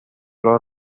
los